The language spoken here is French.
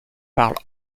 parle